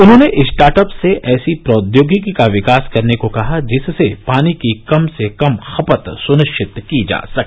उन्होंने स्टार्टअप्स से ऐसी प्रोद्योगिकी का विकास करने को कहा जिससे पानी की कम से कम खपत सुनिश्चित की जा सके